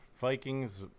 Vikings